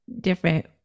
Different